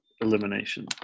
elimination